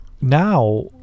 now